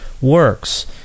works